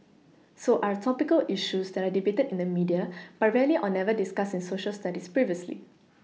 so are topical issues that are debated in the media but rarely or never discussed in Social Studies previously